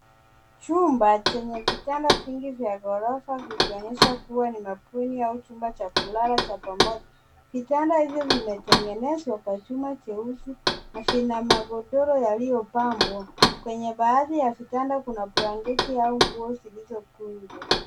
Chumba, chenye vitanda vingi vya ghorofa vikionyesha kuwa ni mabweni au chumba cha kulala cha pamoja. Vitanda hivyo vimetengenezwa kwa chuma cheusi na zina magodoro yaliyopambwa. Kwenye baadhi ya vitanda kuna blanketi au nguo zilizokunjwa.